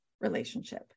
relationship